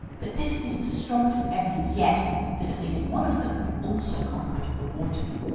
but this is the strongest evidence yet that at least one of them also conquered the waters.